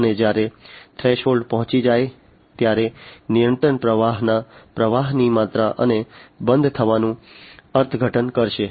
અને જ્યારે થ્રેશોલ્ડ પહોંચી જાય ત્યારે નિયંત્રક પ્રવાહીના પ્રવાહની માત્રા અને બંધ થવાનું અર્થઘટન કરશે